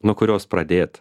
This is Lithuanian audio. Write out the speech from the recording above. nuo kurios pradėt